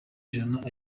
ijana